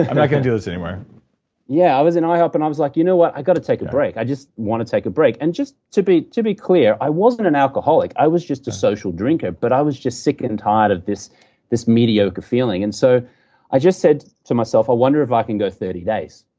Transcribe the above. i'm not going to do this anymore yeah, i was in ihop and i was like, you know what? i've got to take a break. i just want to take a break and just to be to be clear, i wasn't an alcoholic. i was just a social drinker, but i was just sick and tired of this this mediocre feeling. and so i just said to myself, i ah wonder if i can go thirty days?